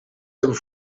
hebben